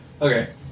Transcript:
Okay